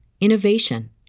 innovation